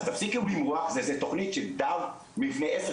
אז תפסיקו למרוח וזה תוכנית מלפני עשר,